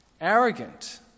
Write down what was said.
arrogant